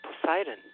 poseidon